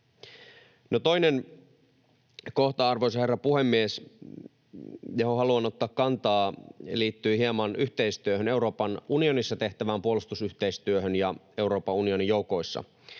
toinen kohta, arvoisa herra puhemies, johon haluan ottaa kantaa, liittyy hieman yhteistyöhön, Euroopan unionissa tehtävään puolustusyhteistyöhön ja Euroopan unionin joukoissa